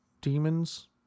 demons